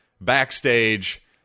backstage